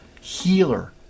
healer